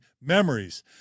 memories